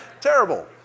Terrible